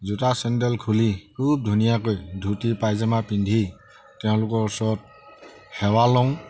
জোতা চেণ্ডেল খুলি খুব ধুনীয়াকৈ ধুতি পায়জামা পিন্ধি তেওঁলোকৰ ওচৰত সেৱা লওঁ